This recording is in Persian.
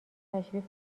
تشریف